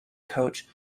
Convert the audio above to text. coach